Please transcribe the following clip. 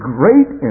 great